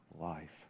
life